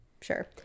Sure